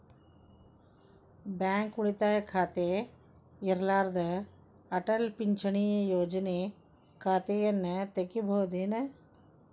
Bank ಉಳಿತಾಯ ಖಾತೆ ಇರ್ಲಾರ್ದ ಅಟಲ್ ಪಿಂಚಣಿ ಯೋಜನೆ ಖಾತೆಯನ್ನು ತೆಗಿಬಹುದೇನು?